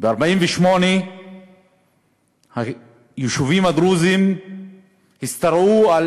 ב-1948 היישובים הדרוזיים השתרעו על